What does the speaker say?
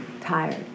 tired